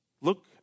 Look